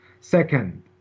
Second